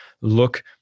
Look